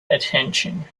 attention